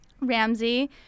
Ramsey